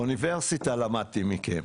אוניברסיטה למדתי מכם.